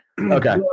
Okay